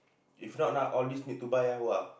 if not ah all these need to buy ah [wah]